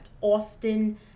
often